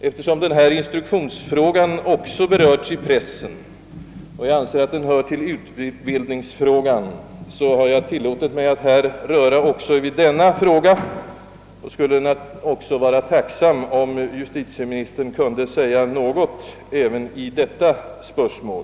Eftersom denna instruktionsfråga på senare tid också berörts i pressen och jag anser att den hör in under den vidare utbildningsfrågan, har jag tillåtit mig att här röra också vid detta problem. Jag skulle då vara tacksam, om justitieministern nu kunde något beröra även detta spörsmål.